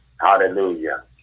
Hallelujah